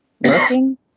working